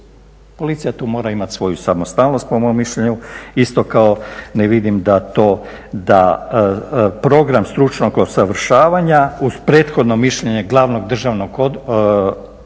Policija tu mora imati svoju samostalnost po mom mišljenju. Isto kao ne vidim da program stručnog usavršavanja uz prethodno mišljenje Glavnog državnog odvjetnika